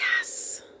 Yes